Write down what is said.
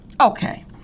Okay